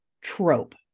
trope